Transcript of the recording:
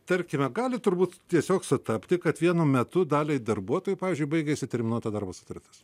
tarkime gali turbūt tiesiog sutapti kad vienu metu daliai darbuotojų pavyzdžiui baigiasi terminuota darbo sutartis